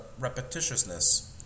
repetitiousness